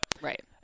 right